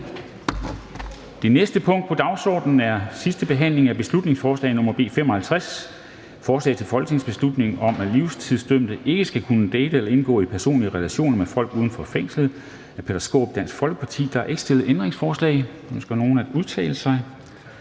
Det næste punkt på dagsordenen er: 8) 2. (sidste) behandling af beslutningsforslag nr. B 55: Forslag til folketingsbeslutning om, at livstidsdømte ikke skal kunne date eller indgå i personlige relationer med folk uden for fængslet. Af Peter Skaarup (DF) m.fl. (Fremsættelse